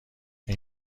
این